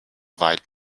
weit